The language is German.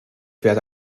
werde